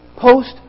post